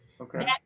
Okay